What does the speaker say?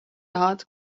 tahad